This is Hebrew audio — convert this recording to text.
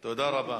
תודה רבה.